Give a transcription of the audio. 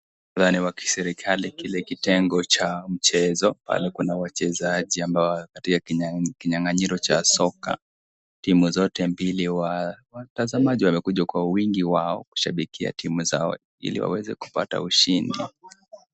Muktadha ni wa kiserikali kile kitengo cha mchezo pale kuna wachezaji ambao wako katika kinyang'anyiro cha soka timu zote mbili watazamaji wamekuja kwa wingi wao kushabikia timu zao ili waweze kupata ushindi.